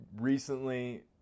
recently